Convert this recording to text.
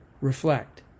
Reflect